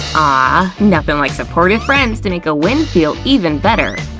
ah nothing like supportive friends to make a win feel even better!